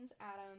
Adam